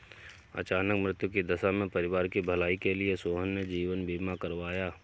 अचानक मृत्यु की दशा में परिवार की भलाई के लिए सोहन ने जीवन बीमा करवाया